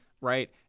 right